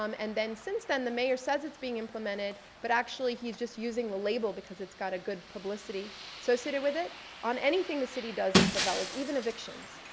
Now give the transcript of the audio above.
um and then since then, the mayor says it's being implemented but actually he's just using the label because it's got a good publicity so associated with it on anything the city does in favelas, even evictions.